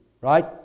right